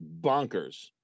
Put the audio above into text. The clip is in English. bonkers